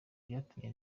byatumye